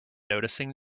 noticing